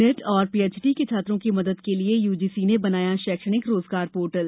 net और PhD के छात्रों की मदद के लिए यूजीसी ने बनाया शैक्षणिक रोजगार पोर्टल